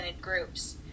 groups